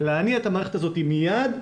להניע את המערכת הזאת מייד,